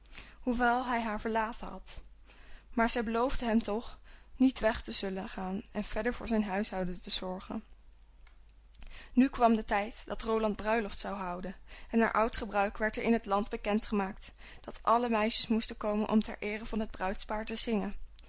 hoewel hij haar verlaten had maar zij beloofde hem toch niet weg te zullen gaan en verder voor zijn huishouden te zorgen nu kwam de tijd dat roland bruiloft zou houden en naar oud gebruik werd er in het land bekend gemaakt dat alle meisjes moesten komen om ter eere van het bruidspaar te zingen